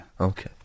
Okay